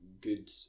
good